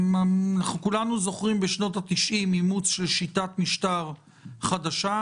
כולנו זוכרים בשנות התשעים אימוץ של שיטת משטר חדשה,